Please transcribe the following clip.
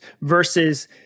versus